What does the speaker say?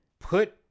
put